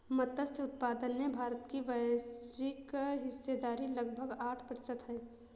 मत्स्य उत्पादन में भारत की वैश्विक हिस्सेदारी लगभग आठ प्रतिशत है